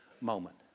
moment